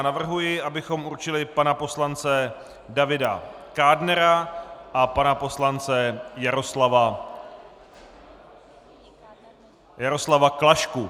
Navrhuji, abychom určili pana poslance Davida Kádnera a pana poslance Jaroslava Klašku.